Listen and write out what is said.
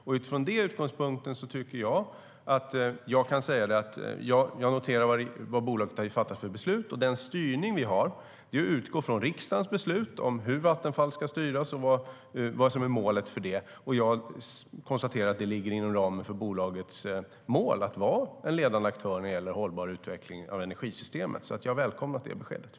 Det är utgångspunkten.